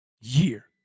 year